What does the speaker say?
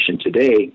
today